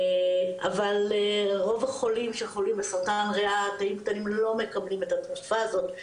אבל רוב החולים שחולים בסרטן ריאה תאים קטנים לא מקבלים את התרופה הזאת,